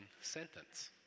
sentence